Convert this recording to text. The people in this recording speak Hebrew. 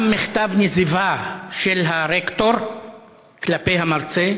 גם מכתב נזיפה של הרקטור כלפי המרצה,